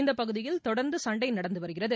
இந்த பகுதியில் தொடர்ந்து சண்டை நடந்து வருகிறது